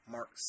Mark